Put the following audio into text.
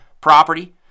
property